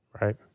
Right